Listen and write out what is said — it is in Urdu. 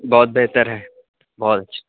بہت بہتر ہے بہت اچھے